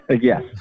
yes